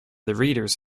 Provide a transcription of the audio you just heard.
readers